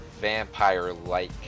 vampire-like